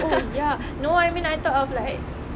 oh ya no I mean I thought of like